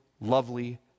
lovely